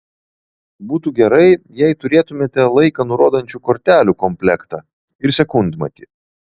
būtų gerai jei turėtumėte laiką nurodančių kortelių komplektą ir sekundmatį